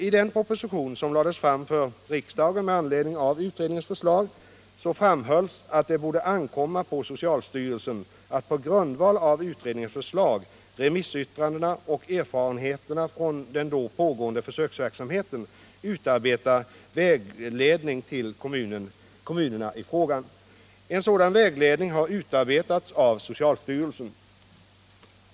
I den proposition som lades fram för riksdagen med anledning av utredningens förslag framhölls att det borde ankomma på socialstyrelsen att på grundval av utredningens förslag, remissyttrandena och erfarenheterna från den då pågående försöksverksamheten utarbeta vägledning till kommunerna i frågan. En sådan vägledning har utarbetats av socialstyrelsen.